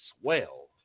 swell